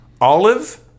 olive